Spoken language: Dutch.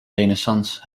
renaissance